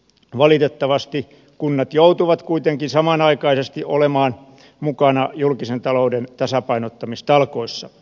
valitettavasti kunnat joutuvat kuitenkin samanaikaisesti olemaan mukana julkisen talouden tasapainottamistalkoissa